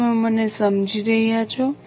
શું તમે મને સમજી રહ્યા છો